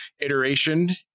iteration